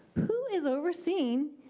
who is overseeing,